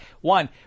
One